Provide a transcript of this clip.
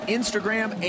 Instagram